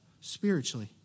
spiritually